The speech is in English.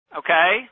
okay